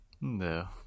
No